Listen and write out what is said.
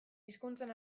hizkuntzen